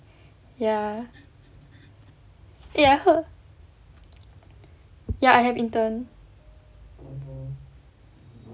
ya eh I heard ya I have intern